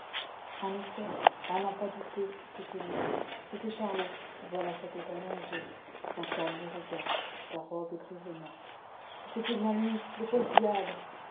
en effet et à n'en pas douter c'était lui c'était charlot voilà sa tête allongée son calme regard sa robe grisonnante c'est bien lui le pauvre diable